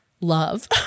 love